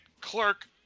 clerk